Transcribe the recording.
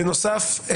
בנוסף,